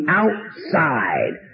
outside